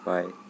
Bye